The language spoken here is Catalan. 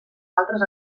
altres